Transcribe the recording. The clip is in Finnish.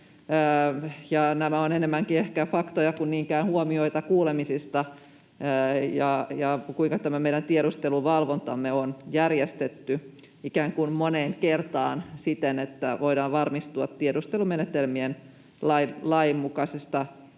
nämä ovat enemmänkin ehkä faktoja kuin niinkään huomioita kuulemisista — ja siitä, kuinka tämä meidän tiedusteluvalvontamme on järjestetty ikään kuin moneen kertaan siten, että voidaan varmistua tiedustelumenetelmien lainmukaisesta